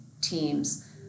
teams